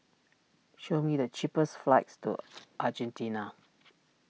show me the cheapest flights to Argentina